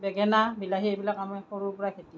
বেঙেনা বিলাহী এইবিলাক আমাৰ সৰুৰ পৰা খেতি